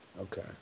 Okay